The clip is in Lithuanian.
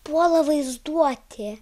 puola vaizduotė